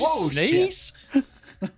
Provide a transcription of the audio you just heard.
sneeze